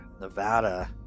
Nevada